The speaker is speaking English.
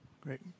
Great